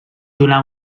donar